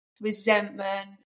resentment